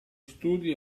studi